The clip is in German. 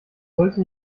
sollte